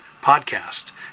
podcast